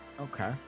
Okay